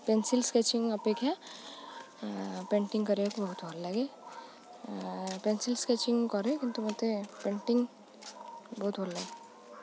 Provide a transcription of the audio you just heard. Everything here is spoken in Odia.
ପେନସିଲ୍ ସ୍କେଚିଂ ଅପେକ୍ଷା ପେଣ୍ଟିଂ କରିବାକୁ ବହୁତ ଭଲ ଲାଗେ ପେନସିଲ୍ ସ୍କେଚିଂ କରେ କିନ୍ତୁ ମୋତେ ପେଣ୍ଟିଂ ବହୁତ ଭଲ ଲାଗେ